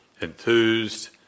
enthused